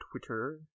Twitter